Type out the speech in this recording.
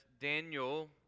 Daniel